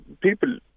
People